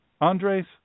Andres